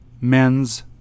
men's